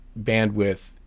bandwidth